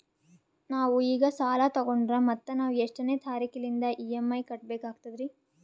ನಾವು ಈಗ ಸಾಲ ತೊಗೊಂಡ್ರ ಮತ್ತ ನಾವು ಎಷ್ಟನೆ ತಾರೀಖಿಲಿಂದ ಇ.ಎಂ.ಐ ಕಟ್ಬಕಾಗ್ತದ್ರೀ?